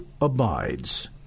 abides